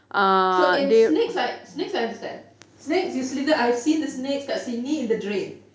so in snakes I snakes I understand snakes you slither I've seen the snakes kat sini in the drain